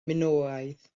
minoaidd